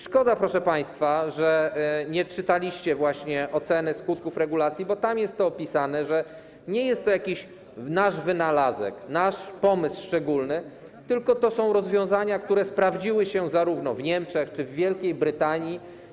Szkoda, proszę państwa, że nie czytaliście oceny skutków regulacji, bo tam jest to opisane, że nie jest to jakiś nasz wynalazek, nasz pomysł szczególny, tylko to są rozwiązania, które sprawdziły się zarówno w Niemczech, jak i w Wielkiej Brytanii.